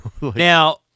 now